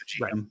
right